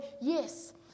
Yes